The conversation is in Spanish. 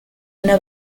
una